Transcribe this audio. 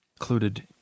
included